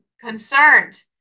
concerned